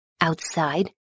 Outside